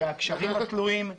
הגשרים התלויים.